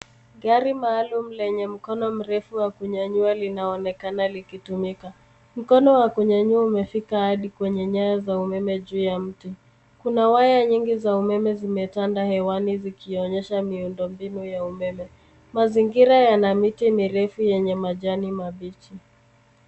Gari maalum lenye mkono mrefu wa kunyanyua linaonekana likitumika. Mkono wa kunyanyua umefika hadi kwenye nyaya za umeme juu ya mti. Kuna waya nyingi za umeme zimetanda hewani zikionyesha miundombinu ya umeme. Mazingira yana miti mirefu yenye majani mabichi.